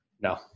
No